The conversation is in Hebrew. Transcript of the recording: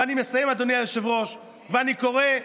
ואני מסיים, אדוני היושב-ראש, ואני קורא,